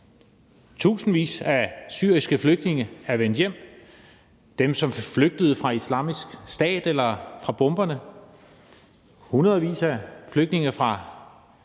Tusindvis af syriske flygtninge er vendt hjem, dem, som flygtede fra Islamisk Stat eller fra bomberne. Hundredvis af flygtninge fra